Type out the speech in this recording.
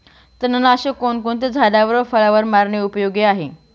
तणनाशक कोणकोणत्या झाडावर व फळावर मारणे उपयोगी आहे?